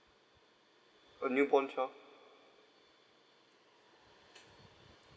a new born child